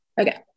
Okay